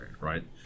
right